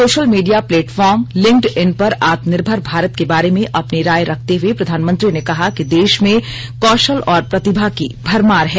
social media platform LinkedIn पर आत्मनिर्भर भारत के बारे में अपनी राय रखते हुए प्रधानमंत्री ने कहा कि देश में कौशल और प्रतिभा की भरमार है